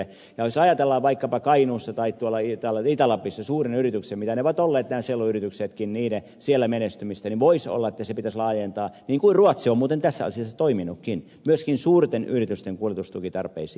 ja jos ajatellaan vaikkapa kainuussa tai itä lapissa suurien yrityksien mitä nämä selluyrityksetkin ovat olleet menestymistä voisi olla että sitä pitäisi laajentaa niin kuin ruotsi on muuten tässä asiassa toiminutkin myöskin suurten yritysten kuljetustukitarpeisiin